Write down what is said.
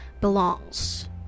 belongs